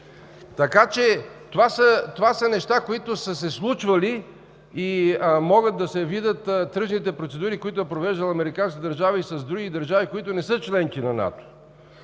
години. Това са неща, което са се случвали и могат да се видят тръжните процедури, които е провеждала американската държава и с други държави, които не са членки на НАТО.